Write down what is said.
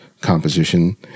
composition